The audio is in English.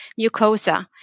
mucosa